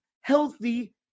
healthy